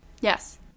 Yes